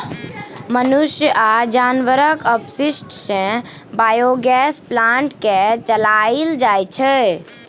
मनुख आ जानबरक अपशिष्ट सँ बायोगैस प्लांट केँ चलाएल जाइ छै